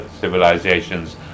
civilizations